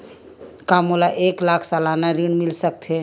का मोला एक लाख सालाना ऋण मिल सकथे?